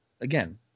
again